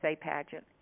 pageant